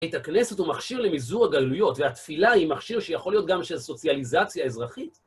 את הכנסת הוא מכשיר למיזור הגלויות, והתפילה היא מכשיר שיכול להיות גם של סוציאליזציה אזרחית.